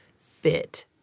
fit